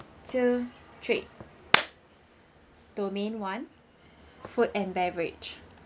two three domain one food and beverage